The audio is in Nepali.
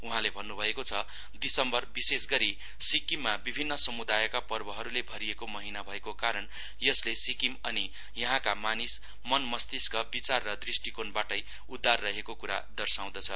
उहाँले भन्नुभएको छ दिसम्बर विशेषगरी सिक्किममा विभिन्न समुदायका पर्वहरूले भरिएको महिना भएको कारण यसले सिक्किम अनि यहाँका मानिस मन मस्तिष्क विचार र द्रष्टिकोणबाटै उदार रहेको कुरा दर्साउँदछ